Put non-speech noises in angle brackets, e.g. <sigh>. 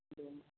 <unintelligible>